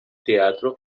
teatro